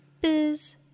biz